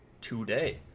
today